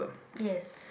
yes